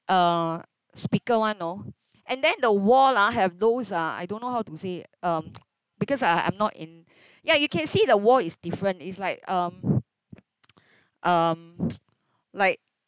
uh speaker one you know and then the wall ah have those uh I don't know how to say um because I I'm not in ya you can see the wall is different it's like um um like